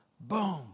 boom